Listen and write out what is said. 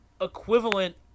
equivalent